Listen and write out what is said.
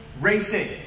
Racing